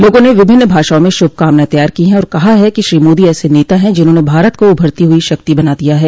लोगों ने विभिन्न भाषाओं में शुभकामनाएं तैयार की हैं और कहा है कि श्री मोदी ऐसे नेता हैं जिन्होंने भारत को उभरती हुई शक्ति बना दिया है